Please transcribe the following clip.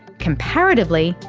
comparatively,